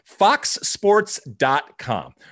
foxsports.com